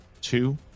two